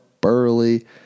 Burley